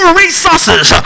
resources